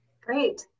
Great